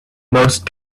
most